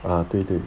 啊对对